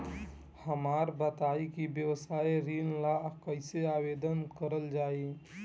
हमरा बताई कि व्यवसाय ऋण ला कइसे आवेदन करल जाई?